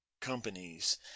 companies